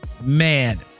man